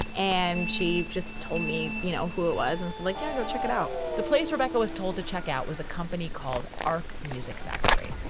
and she just told me, you know, who was. it's like i yeah go check it out the place rebecca was told to check out was a company called ark music factory